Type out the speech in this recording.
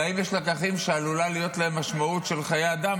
אלא אם יש לקחים שעלולה להיות להם משמעות של חיי אדם,